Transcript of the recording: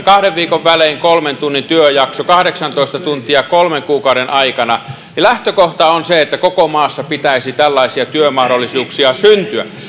kahden viikon välein kolmen tunnin työjakso kahdeksantoista tuntia kolmen kuukauden aikana niin lähtökohta on se että koko maassa pitäisi syntyä tällaisia työmahdollisuuksia